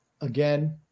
Again